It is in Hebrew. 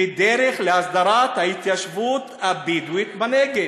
ודרך להסדרת ההתיישבות הבדואית בנגב.